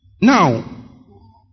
Now